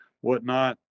whatnot